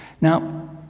Now